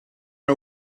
our